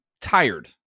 tired